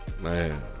Man